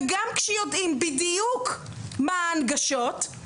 גם כשיודעים בדיוק מה ההנגשות,